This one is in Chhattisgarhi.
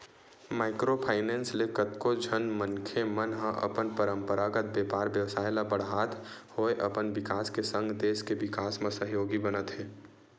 माइक्रो फायनेंस ले कतको झन मनखे मन ह अपन पंरपरागत बेपार बेवसाय ल बड़हात होय अपन बिकास के संग देस के बिकास म सहयोगी बनत हे